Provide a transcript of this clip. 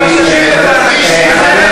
כמה הם שילמו לו?